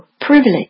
Privilege